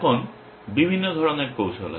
এখন বিভিন্ন ধরনের কৌশল আছে